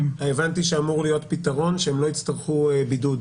הבנתי שאמור להיות פתרון שהם לא יצטרכו בידוד.